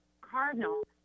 cardinal